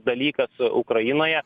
dalykas ukrainoje